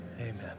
amen